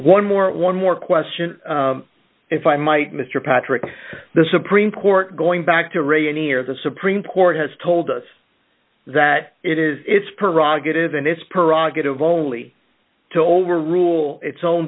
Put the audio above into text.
one more one more question if i might mr patrick the supreme court going back to reagan era the supreme court has told us that it is it's prerogative and its prerogative only to overrule its own